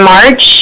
March